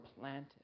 planted